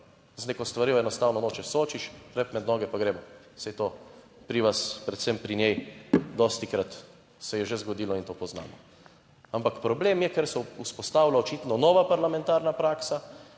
z neko stvarjo enostavno nočeš soočiš, led noge, pa gremo, saj to pri vas predvsem pri njej dostikrat se je že zgodilo in to poznamo. Ampak problem je, ker se vzpostavlja očitno nova parlamentarna praksa,